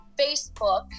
Facebook